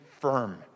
firm